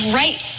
right